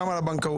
גם על הבנקאות.